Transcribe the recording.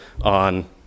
on